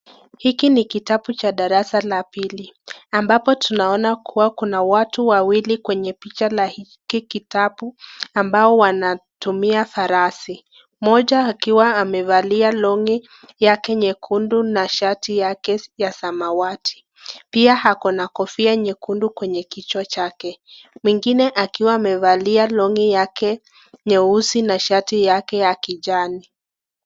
Hiki ni kitabu cha darasa la pili, ambapo tunaona kuwa wawili kwenye picha la hiki kitabu ambao wanatumia farasi, mmoja akiwa amevalia longi yake nyekundu na shati yake ya samawati, pia ako na kofia nyekundu kwenye kichwa chake. Mwingine akiwa amevalia longi yake nyeusi na shati yake ya kijani.